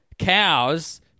cows